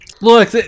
Look